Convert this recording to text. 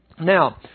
Now